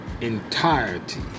entirety